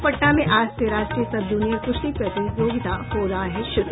और पटना में आज से राष्ट्रीय सब जूनियर कृश्ती प्रतियोगिता हो रहा है शुरू